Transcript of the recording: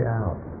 out